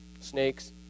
snakes